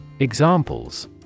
Examples